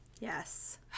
Yes